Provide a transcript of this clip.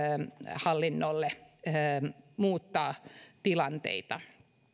hallinnolle muuttaa tilanteita